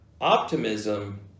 Optimism